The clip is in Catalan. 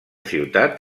ciutat